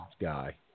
guy